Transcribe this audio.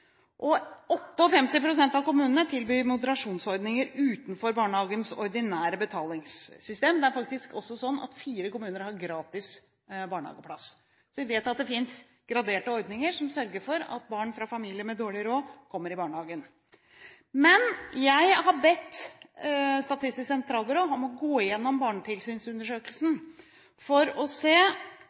skolekontoret. 58 pst. av kommunene tilbyr moderasjonsordninger utenfor barnehagens ordinære betalingssystem. Det er faktisk også sånn at fire kommuner har gratis barnehageplass. Vi vet at det finnes graderte ordninger som sørger for at barn fra familier med dårlig råd, kommer i barnehagen. Jeg har bedt Statistisk sentralbyrå om å gå gjennom barnetilsynsundersøkelsen for å se